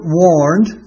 warned